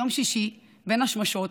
יום שישי, בין השמשות,